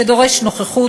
שדורש נוכחות,